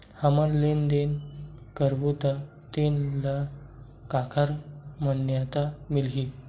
हमन लेन देन करबो त तेन ल काखर मान्यता मिलही?